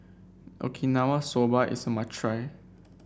Okinawa Soba is a must try